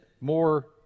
more